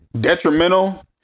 detrimental